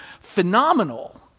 phenomenal